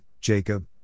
Jacob